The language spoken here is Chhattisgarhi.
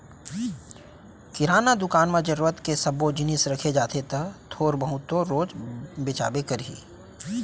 किराना दुकान म जरूरत के सब्बो जिनिस रखे जाथे त थोर बहुत तो रोज बेचाबे करही